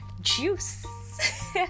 juice